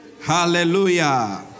Hallelujah